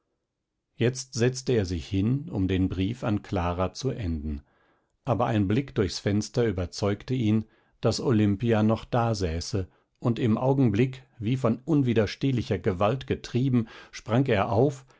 jetzt setzte er sich hin um den brief an clara zu enden aber ein blick durchs fenster überzeugte ihn daß olimpia noch dasäße und im augenblick wie von unwiderstehlicher gewalt getrieben sprang er auf